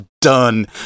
done